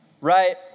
right